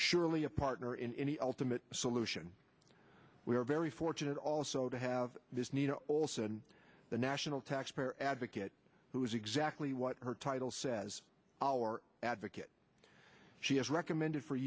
surely a partner in any ultimate solution we're very fortunate also to have all said the national taxpayer advocate who is exactly what her title says our advocate she has recommended for